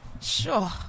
Sure